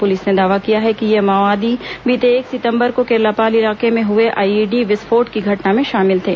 police ने दावा किया है कि ये माओवादी बीते एक सितंबर को केरलापाल इलाके में हए आईईडी विस्फोट की घटना में शामिल थे